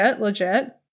legit